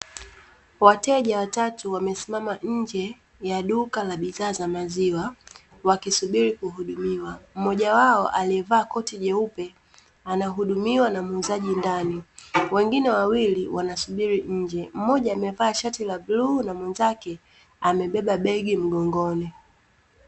Wateja watatu wamesimama nje ya duka la bidhaa za maziwa, wakisubiri kuhudumiwa. Mmoja wao aliyevaa koti jeupe, anahudumiwa na muuzaji ndani, wengine wawili wanasubiri nje. Mmoja amevaa shati la bluu na mwenzake amebeba begi mgongoni.